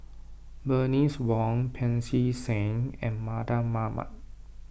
Bernice Wong Pancy Seng and Mardan Mamat